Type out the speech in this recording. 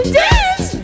dance